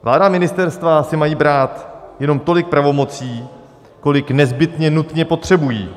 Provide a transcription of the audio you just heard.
Vláda a ministerstva si mají brát jenom tolik pravomocí, kolik nezbytně nutně potřebují.